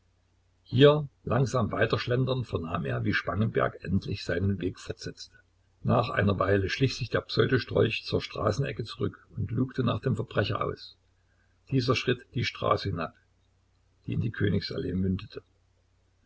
hier langsam weiter schlendernd vernahm er wie spangenberg endlich seinen weg fortsetzte nach einer weile schlich sich der pseudostrolch zur straßenecke zurück und lugte nach dem verbrecher aus dieser schritt die straße hinab die in die königs allee mündete